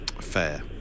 Fair